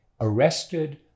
arrested